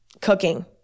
cooking